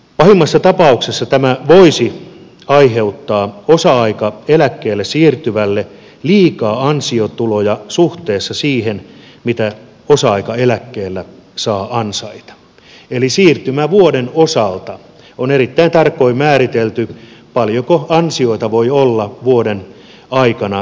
pahimmassa tapauksessa tämä voisi aiheuttaa osa aikaeläkkeelle siirtyvälle liikaa ansiotuloja suhteessa siihen mitä osa aikaeläkkeellä saa ansaita eli siirtymävuoden osalta on erittäin tarkoin määritelty paljonko ansioita voi olla vuoden aikana